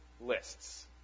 lists